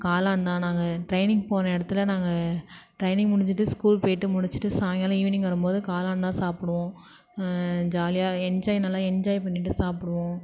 காளான் தான் நாங்கள் ட்ரைனிங் போன இடத்துல நாங்கள் ட்ரைனிங் முடிச்சிட்டு ஸ்கூல் போய்ட்டு முடிச்சிட்டு சாயங்காலம் ஈவினிங் வரும்போது காளான் தான் சாப்பிடுவோம் ஜாலியாக என்ஜாய் நல்லா என்ஜாய் பண்ணிட்டு சாப்பிடுவோம்